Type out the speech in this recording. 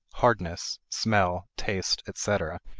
hardness, smell, taste, etc,